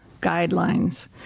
guidelines